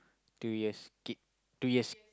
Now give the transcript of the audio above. two years k~ three years